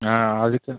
அதுக்கு